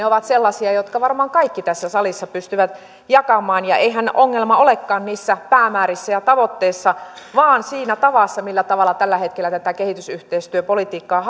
ovat sellaisia jotka varmaan kaikki tässä salissa pystyvät jakamaan ja eihän ongelma olekaan niissä päämäärissä ja tavoitteissa vaan siinä tavassa millä tavalla tällä hetkellä tätä kehitysyhteistyöpolitiikkaa